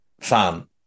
fan